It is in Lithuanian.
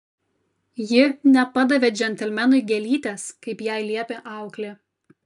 ji nepadavė džentelmenui gėlytės kaip jai liepė auklė